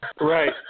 Right